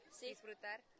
disfrutar